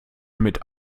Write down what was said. mit